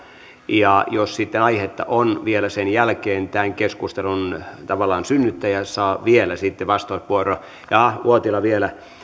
jos sitten aihetta on vielä sen jälkeen tämän keskustelun synnyttäjä saa vielä vastauspuheenvuoron jaaha uotila vielä